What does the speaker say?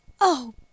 Oh